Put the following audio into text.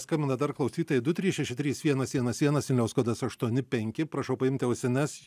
skambina dar klausytojai du trys šeši trys vienas vienas vienas vilniaus kodas aštuoni penki prašau paimti ausines